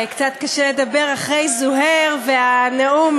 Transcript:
קצת קשה לדבר אחרי זוהיר והנאום,